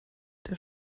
der